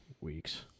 weeks